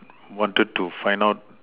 wanted to find out